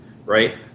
right